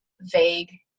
Vague